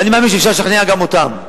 ואני מאמין שאפשר לשכנע גם אותם.